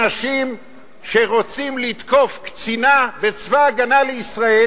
אנשים שרוצים לתקוף קצינה בצבא-הגנה לישראל